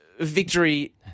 Victory